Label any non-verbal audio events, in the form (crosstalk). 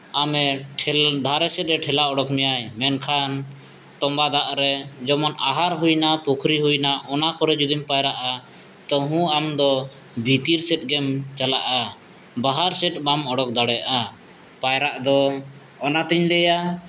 ᱟᱢᱮ (unintelligible) ᱫᱷᱟᱨᱮ ᱥᱮᱫᱮ ᱴᱷᱮᱞᱟᱣ ᱚᱰᱚᱠ ᱢᱮᱭᱟᱭ ᱢᱮᱱᱠᱷᱟᱱ ᱛᱚᱢᱵᱟ ᱫᱟᱜᱨᱮ ᱡᱮᱢᱚᱱ ᱟᱦᱟᱨ ᱦᱩᱭᱮᱱᱟ ᱯᱩᱠᱷᱨᱤ ᱦᱩᱭᱮᱱᱟ ᱚᱱᱟ ᱠᱚᱨᱮ ᱡᱩᱫᱤᱢ ᱯᱟᱭᱨᱟᱜᱼᱟ ᱛᱟᱹᱦᱩᱸ ᱟᱢᱫᱚ ᱵᱷᱤᱛᱤᱨ ᱥᱮᱫᱜᱮᱢ ᱪᱟᱞᱟᱜᱼᱟ ᱵᱟᱦᱨᱮ ᱥᱮᱫ ᱵᱟᱢ ᱩᱰᱩᱠ ᱫᱟᱲᱮᱭᱟᱜᱼᱟ ᱯᱟᱭᱨᱟᱜ ᱫᱚ ᱚᱱᱟᱛᱮᱧ ᱞᱟᱹᱭᱟ